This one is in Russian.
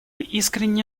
искренне